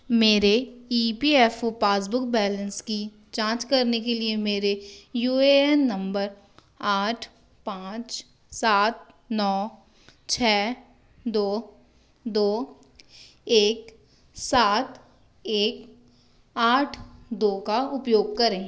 मेरे E P F O passbook balance की जाँच करने के लिए मेरे यू ए एन नंबर आठ पाँच सात नौ छः दो दो एक सात एक आठ दो का उपयोग करें